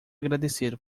agradecer